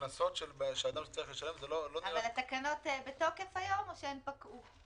הקנסות שאדם צריך לשלם זה לא --- אבל התקנות בתוקף היום או שהן פקעו?